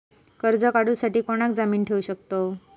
कर्ज काढूसाठी कोणाक जामीन ठेवू शकतव?